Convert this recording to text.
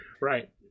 right